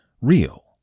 real